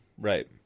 Right